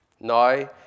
Now